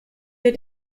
wir